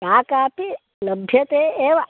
या कापि लभ्यते एव